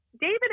David